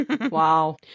Wow